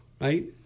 Right